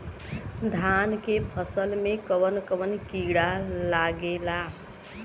धान के फसल मे कवन कवन कीड़ा लागेला?